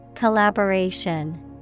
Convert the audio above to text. Collaboration